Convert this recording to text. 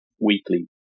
weekly